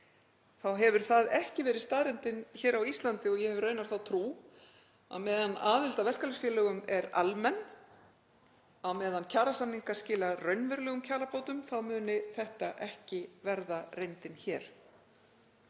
þá hefur það ekki verið staðreyndin hér á Íslandi og ég hef raunar þá trú að á meðan aðild að verkalýðsfélögum er almenn, á meðan kjarasamningar skila raunverulegum kjarabótum, muni þetta ekki verða reyndin hér.